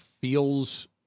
feels